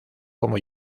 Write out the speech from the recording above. como